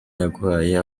yaguhaye